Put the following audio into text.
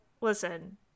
listen